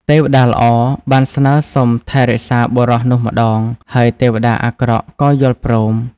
ទេវតាល្អបានស្នើសុំថែរក្សាបុរសនោះម្តង ហើយទេវតាអាក្រក់ក៏យល់ព្រម។